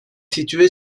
située